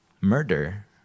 murder